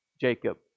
Jacob